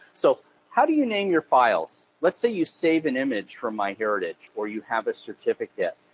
so how do you name your files? let's say you save an image from myheritage, or you have a certificate,